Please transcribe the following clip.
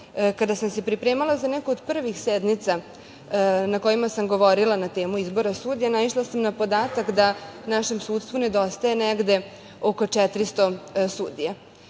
sam se pripremala za neku od privih sednica na kojima sam govorila na temu izbora sudija, naišla sam na podatak da našem sudstvu nedostaje negde oko 400 sudija.